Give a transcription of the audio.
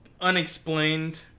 unexplained